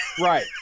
Right